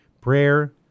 prayer